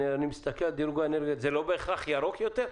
מסתכל על דירוג אנרגטי, זה לא בהכרח ירוק יותר?